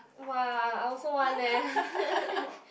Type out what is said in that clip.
!wah! I also want leh